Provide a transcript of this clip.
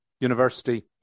University